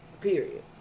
Period